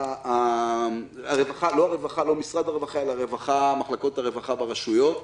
לא משרד הרווחה אלא מחלקות הרווחה ברשויות,